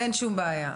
אין שום בעיה.